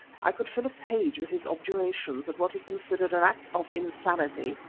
i could fill a page with his objurgations at what he considered an act of insanity,